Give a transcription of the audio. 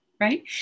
right